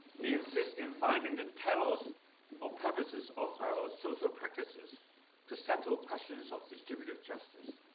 he insists in finding the telos or purposes of our social practices to settle questions of distributive justice.